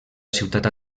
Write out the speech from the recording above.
ciutat